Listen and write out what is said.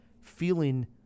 feeling